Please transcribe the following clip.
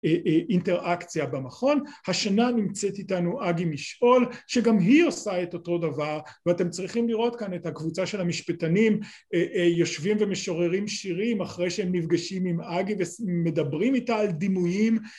א-א-אינטראקציה במכון. השנה נמצאת איתנו אגי משעול, שגם היא עושה את אותו דבר, ואתם צריכים לראות כאן את הקבוצה של המשפטנים, א-א-יושבים ומשוררים שירים אחרי שהם נפגשים עם אגי ומס-מדברים איתה על דימויים,